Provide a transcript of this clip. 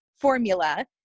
formula